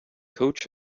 coach